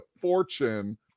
fortune